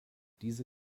diese